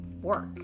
work